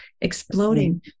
exploding